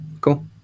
cool